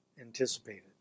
anticipated